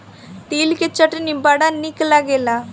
तिल के चटनी बड़ा निक लागेला